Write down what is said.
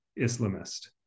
Islamist